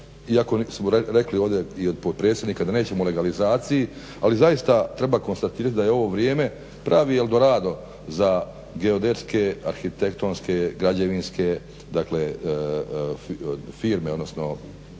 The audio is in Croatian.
iako smo rekli ovdje i od potpredsjednika da nećemo o legalizaciji ali zaista treba konstatirati da je ovo vrijeme pravi El Dorado za geodetske, arhitektonske, građevinske dakle firme odnosno